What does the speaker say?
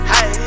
Hey